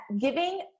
giving